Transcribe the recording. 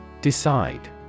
Decide